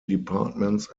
departments